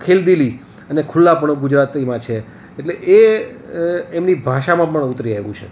ખેલદિલી અને ખુલ્લાપણું ગુજરાતીમાં છે એટલે એ એમની ભાષામાં પણ ઉતરી આવ્યું છે